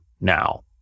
now